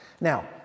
Now